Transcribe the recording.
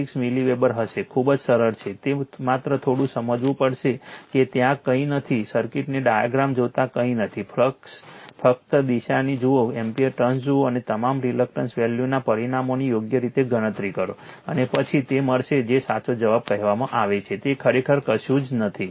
646 milliweber હશે ખૂબ જ સરળ છે તે માત્ર થોડું સમજવું પડશે કે ત્યાં કંઈ નથી સર્કિટને ડાયાગ્રામ જોતા કંઈ નથી ફક્ત ફ્લક્સની દિશા જુઓ એમ્પીયર ટર્ન્સ જુઓ અને તમામ રિલક્ટન્સ વેલ્યુના પરિમાણોની યોગ્ય રીતે ગણતરી કરો અને પછી તે મળશે જે સાચો જવાબ કહેવામાં આવે છે તે ખરેખર કશું જ નથી